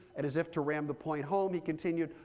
and as if to ram the point home, he continued,